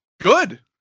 Good